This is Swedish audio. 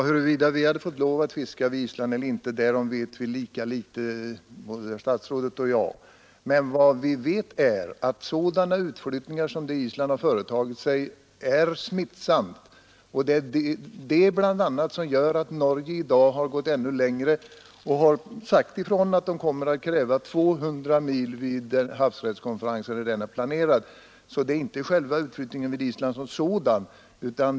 Herr talman! Statsrådet och jag vet lika litet om huruvida vi hade fått lov att fiska vid Island. Men vad vi vet är att sådana utflyttningar som den Island gjort är smittsamma, och det är bl.a. det som gör att Norge i dag har gått ännu längre och sagt ifrån att de kommer att kräva 200 mil vid den planerade havsrättskonferensen. Vad jag här diskuterar är alltså inte utflyttningen av Islands gräns som sådan.